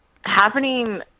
happening